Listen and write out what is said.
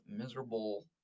miserable